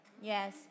Yes